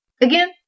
Again